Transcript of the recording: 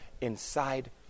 inside